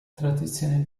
traditionell